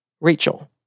Rachel